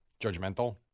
Judgmental